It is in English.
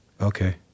Okay